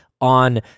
on